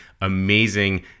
Amazing